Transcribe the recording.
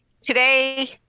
today